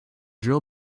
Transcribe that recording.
drill